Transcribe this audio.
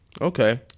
Okay